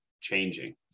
changing